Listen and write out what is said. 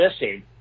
missing